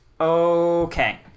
Okay